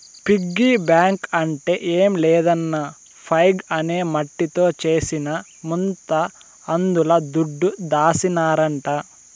piggy bank అంటే ఏం లేదన్నా పైగ్ అనే మట్టితో చేసిన ముంత అందుల దుడ్డు దాసినారంట